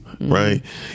right